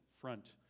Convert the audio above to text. front